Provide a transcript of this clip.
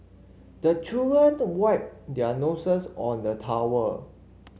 the children wipe their noses on the towel